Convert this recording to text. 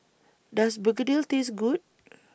Does Begedil Taste Good